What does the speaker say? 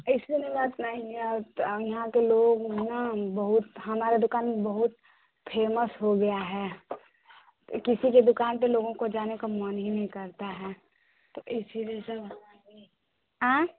ऐसी बात नहीं है आ तो यहाँ के लोग न बहुत हमारे दुकान बहुत फेमस हो गया हे किसी की दुकान पर लोगों को जाने का मन ही नही करता हे तो इसलिए सब आते हैं आँ